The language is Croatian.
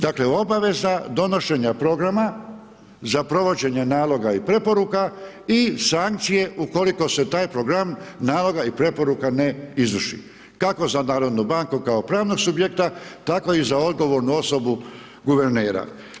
Dakle obaveza donošenja programa, za provođenje naloga i preporuka i sankcije ukoliko se taj program naloga i preporuka ne izvrši, kako za narodnu banku kao pravnog subjekta tako i za odgovornu osobu guvernera.